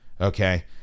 okay